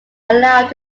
allowed